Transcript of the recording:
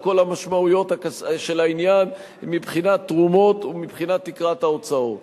על כל המשמעויות של העניין מבחינת תרומות ומבחינת תקרת ההוצאות.